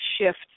shift